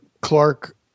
Clark